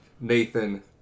Nathan